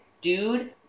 dude